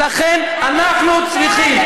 אנחנו צריכים,